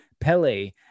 Pele